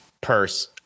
purse